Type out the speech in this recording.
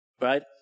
Right